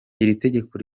tegeko